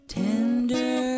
tender